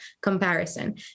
comparison